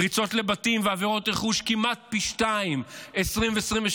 פריצות לבתים ועבירות רכוש כמעט פי שניים ב-2023,